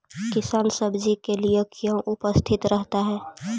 किसान सब्जी के लिए क्यों उपस्थित रहता है?